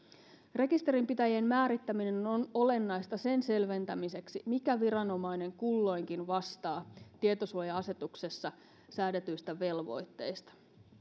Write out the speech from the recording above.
rekisterinpitäjien määrittäminen on olennaista sen selventämiseksi mikä viranomainen kulloinkin vastaa tietosuoja asetuksessa säädetyistä velvoitteista